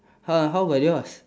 how how about yours